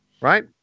right